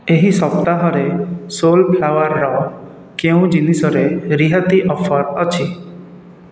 ଏହି ସପ୍ତାହରେ ସୋଲ୍ ଫ୍ଲାୱାର୍ର କେଉଁ ଜିନିଷରେ ରିହାତି ଅଫର୍ ଅଛି